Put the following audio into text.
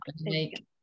make